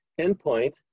endpoint